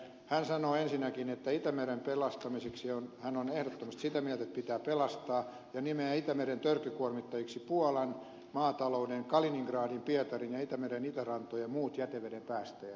hän sanoo ensinnäkin että itämeren pelastamisesta hän on ehdottomasti sitä mieltä että se pitää pelastaa ja nimeää itämeren törkykuormittajiksi puolan maatalouden kaliningradin pietarin ja itämeren itärantojen muut jäteveden päästäjät